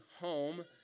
home